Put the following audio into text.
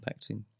impacting